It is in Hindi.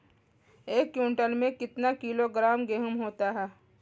एक क्विंटल में कितना किलोग्राम गेहूँ होता है?